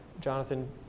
Jonathan